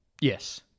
Yes